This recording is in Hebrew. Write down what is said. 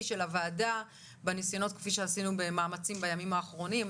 של הוועדה בנסיונות כפי שעשינו במאמצים בימים האחרונים,